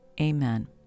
Amen